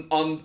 on